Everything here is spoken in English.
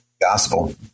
gospel